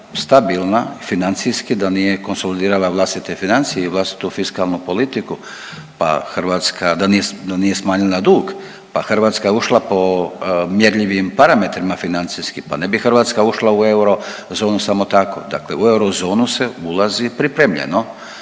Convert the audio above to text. stabilna financijski, da nije konsolidirala vlastite financije i vlastitu fiskalnu politiku, pa Hrvatska, da nije, da nije smanjila dug, pa Hrvatska je ušla po mjerljivim parametrima financijskim, pa ne bi Hrvatska ušla u eurozonu samo tako, dakle u eurozonu se ulazi pripremljeno,